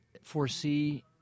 foresee